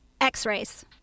X-rays